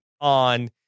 on